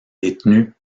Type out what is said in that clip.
détenus